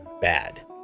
bad